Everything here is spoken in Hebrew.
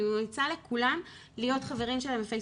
אני ממליצה לכולם להיות חברים שלהם בפייסבוק.